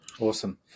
Awesome